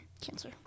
Cancer